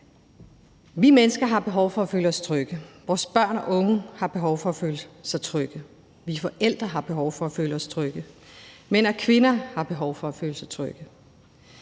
Vi mennesker har behov for at føle os trygge, vores børn og unge har behov for at føle sig trygge, og vi forældre har behov for at føle os trygge, mænd og kvinder har behov for at føle sig trygge.